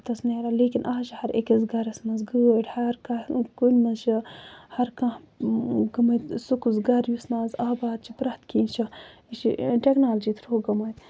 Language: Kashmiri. پَتہٕ اوس نیران لیکن آز چھِ ہر أکِس گرَس منٛز گٲڑۍ ہر کانٛہہ کُنہِ منٛز چھُ ہر کانٚہہ گٔمٕتۍ سُہ کُس گرٕ یُس نہٕ آز آباد چھُ پرٮ۪تھ کیٚنٛہہ چھُ یہِ چھُ ٹیٚکنالجی تھروٗ گوٚمُت